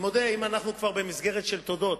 אם אנחנו במסגרת של תודות,